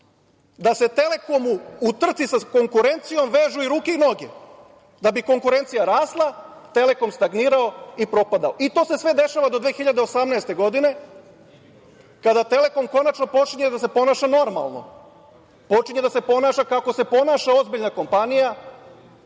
da se „Telekomu“ u trci sa konkurencijom vežu i ruke i noge, da bi konkurencija rasla, „Telekom“ stagnirao i propadao i to se sve dešava do 2018.godine kada „Telekom“ konačno počinje da se ponaša normalno, počinje da se ponaša kako se ponaša ozbiljna kompanija,